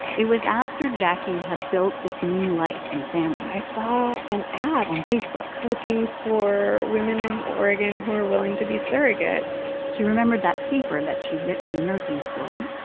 it was after jacquie had built this new life and family i saw an ad. on facebook. looking for women in oregon who were willing to be surrogates she remembered that paper that she'd written in nursing school.